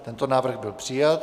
Tento návrh byl přijat.